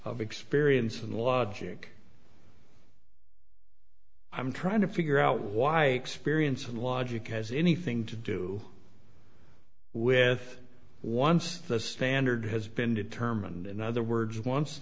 of experience and logic i'm trying to figure out why experience and logic has anything to do with once the standard has been determined in other words once